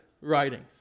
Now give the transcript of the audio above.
writings